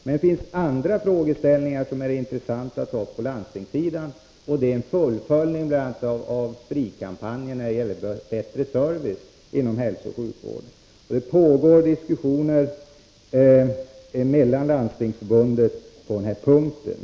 Men det finns andra frågeställningar som är intressanta att ta upp på landstingssidan, bl.a. ett fullföljande av Spri-kampanjen när det gäller bättre service inom hälsooch sjukvården. Nu pågår diskussioner med Landstingsförbundet på denna punkt.